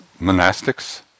monastics